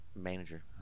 Manager